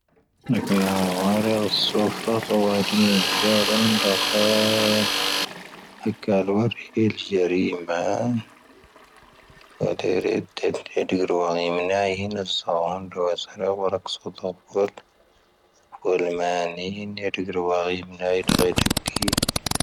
ⵏⴰⴳⵏⴰⵡⴰⵔ ⴻⵍⵙoⴼⴰ ⵇⴰⵡⴰⴷ ⵎⵉⵣⴰⴷ ⵏⴷⴰⴽⵀⴰ. ⵀⴰⵇⵇⴰ ⴰⵍⵡⴰⵔ ⴻⵍ-ⵊⴰⵔⵉⵎⴰⵏ. ⵇⴰⴷⴻⵔⴻ ⴷⴷⴰⴷ ⴻⴷⴳⵓⵔ ⵡⴰ ⵉⵎⵏⴰ ⵉⵀⵉⵏ ⴻⵍⵙoⴼⴰⵏⴷ ⵡⴰ ⵙⴰⵔⴰⵡⴰⴽ ⵙoⴼⴰⴷ. ⴳⵓⵍ ⵎⴰⵏⵉⵀⵉⵏ ⴻⴷⴳⵓⵔ ⵡⴰ ⵉⵎⵏⴰ ⵉⵀⵜⵔⴻ ⴷⴷⴰⴽⴻⴻ.